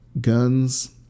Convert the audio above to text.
Guns